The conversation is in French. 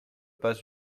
pas